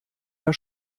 der